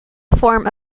form